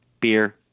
beer